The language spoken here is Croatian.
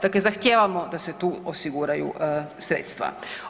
Dakle, zahtijevamo da se tu osiguraju sredstva.